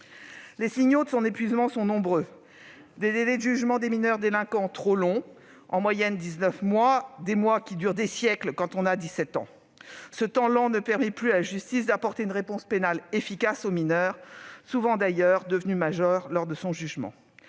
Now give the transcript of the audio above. Les signaux de son épuisement sont nombreux, à commencer par des délais de jugement des mineurs délinquants trop longs, dix-neuf mois en moyenne- des mois qui durent des siècles quand on a 17 ans ... Cette lenteur ne permet plus à la justice d'apporter une réponse pénale efficace aux mineurs, souvent devenus majeurs lors de leur jugement.